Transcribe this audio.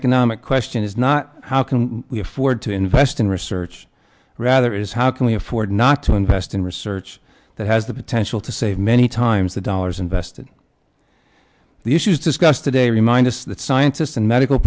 economic question is not how can we afford to invest in research rather is how can we afford not to invest in research that has the potential to save many times the dollars invested the issues discussed today remind us that scientists and medical